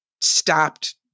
stopped